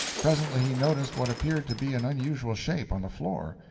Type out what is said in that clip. presently he noticed what appeared to be an unusual shape on the floor.